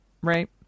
right